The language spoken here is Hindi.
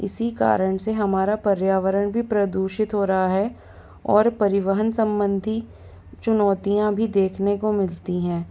इसी कारण से हमारा पर्यावरण भी प्रदूषित हो रहा है और परिवहन संबंधी चुनौतियाँ भी देखने को मिलती हैं